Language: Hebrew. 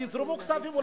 ויזרימו כספים.